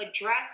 address